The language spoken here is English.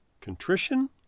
contrition